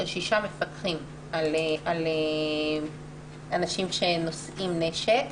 יש שישה מפקחים על אנשים שנושאים נשק,